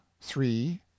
three